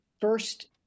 first